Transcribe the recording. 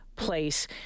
place